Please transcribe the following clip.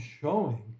showing